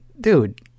dude